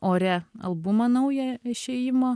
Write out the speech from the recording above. ore albumo naujo išėjimą